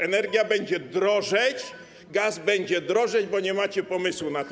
Energia będzie drożeć, gaz będzie drożeć, bo nie macie pomysłu na to.